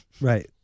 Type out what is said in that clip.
right